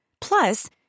Plus